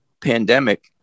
pandemic